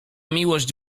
miłość